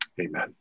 amen